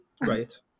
Right